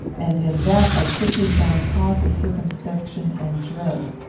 and in that i quickly found cause of circumspection and dread.